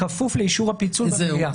בכפוף לאישור הפיצול במליאה.